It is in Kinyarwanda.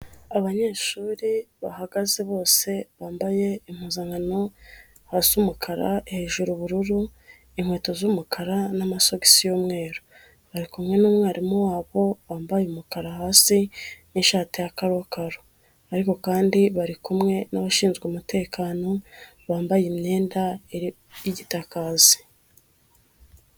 Abanyeshuri bahagaze bose bambaye impuzankano hasi umukara, hejuru ubururu, inkweto z'umukara n'amasogisi y'umweru, bari kumwe n'umwarimu wabo wambaye umukara hasi n'ishati ya karokaro, ariko kandi bari kumwe n'abashinzwe umutekano bambaye imyenda y'igitaka hasi.